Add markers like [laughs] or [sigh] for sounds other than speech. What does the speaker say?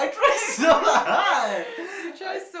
I tried so hard [laughs] I